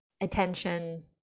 attention